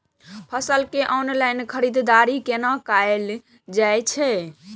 फसल के ऑनलाइन खरीददारी केना कायल जाय छै?